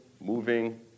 moving